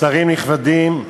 נכבדים,